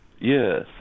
Yes